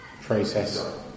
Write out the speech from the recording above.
process